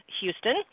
Houston